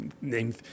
name